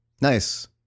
Nice